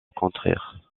contraire